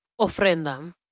Ofrenda